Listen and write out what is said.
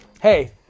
Hey